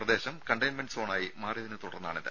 പ്രദേശം കണ്ടെയ്ൻമെന്റ് സോണായി മാറിയതിനെത്തുടർന്നാണിത്